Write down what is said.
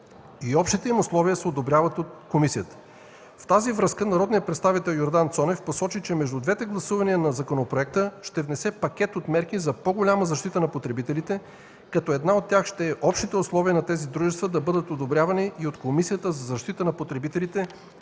и общите им условия се одобряват от комисията. В тази връзка народният представител Йордан Цонев посочи, че между двете гласувания на законопроекта ще внесе пакет от мерки за по-голяма защитата на потребителите, като една от тях ще е общите условия на тези дружества да бъдат одобрявани и от Комисията за защита на потребителите,